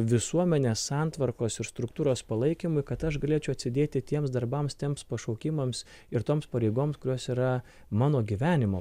visuomenės santvarkos ir struktūros palaikymui kad aš galėčiau atsidėti tiems darbams tiems pašaukimams ir toms pareigoms kurios yra mano gyvenimo